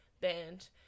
band